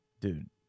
Dude